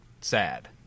sad